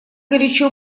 горячо